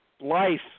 life